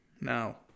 now